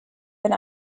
been